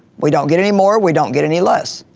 we don't get any more, we don't get any less.